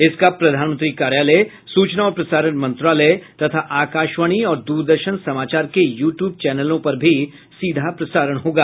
इसका प्रधानमंत्री कार्यालय सूचना और प्रसारण मंत्रालय तथा आकाशवाणी और दूरदर्शन समाचार के यू ट्यूब चैनलों पर भी सीधा प्रसारण होगा